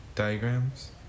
Diagrams